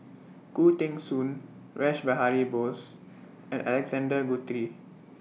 Khoo Teng Soon Rash Behari Bose and Alexander Guthrie